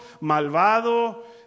malvado